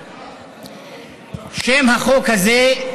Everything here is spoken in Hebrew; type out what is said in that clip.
שם החוק הזה: